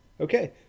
Okay